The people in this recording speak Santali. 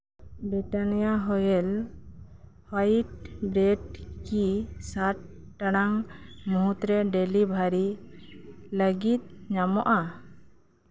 ᱵᱤᱴᱟ ᱱᱤᱭᱟ ᱦᱚᱭᱮᱞ ᱦᱳᱣᱟᱭᱤᱴ ᱵᱨᱮᱰ ᱠᱤ ᱥᱟᱛ ᱴᱟᱲᱟᱝ ᱢᱩᱫᱽ ᱨᱮ ᱰᱮᱞᱤ ᱵᱷᱟᱨᱤ ᱞᱟᱹᱜᱤᱫ ᱧᱟᱢᱚᱜᱼᱟ